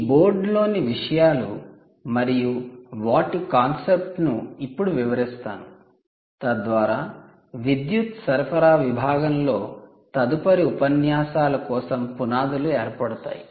ఈ బోర్డులోని విషయాలు మరియు వాటి కాన్సెప్ట్ ను ఇప్పుడు వివరిస్తాను తద్వారా విద్యుత్ సరఫరా విభాగంలో తదుపరి ఉపన్యాసాల కోసం పునాదులు ఏర్పడతాయి